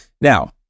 Now